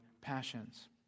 passions